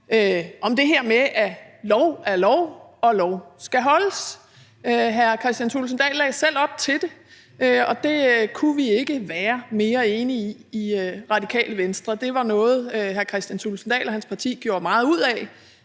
om det her med, at lov er lov, og at lov skal holdes. Hr. Kristian Thulesen Dahl lagde selv op til det – og det kunne vi ikke være mere enige i i Radikale Venstre. Det var noget, hr. Kristian Thulesen Dahl og hans parti gjorde meget ud af.